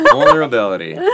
vulnerability